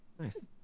Nice